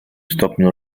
stopniu